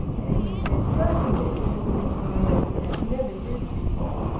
edwin said certainly, using a tone that he had never used before.